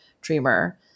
dreamer